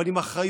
אבל עם אחריות,